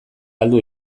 galdu